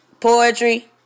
poetry